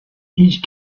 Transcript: each